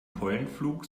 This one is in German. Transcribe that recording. pollenflug